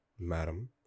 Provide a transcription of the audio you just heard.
madam